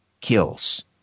kills